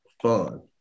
fun